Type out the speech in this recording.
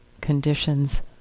conditions